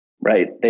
right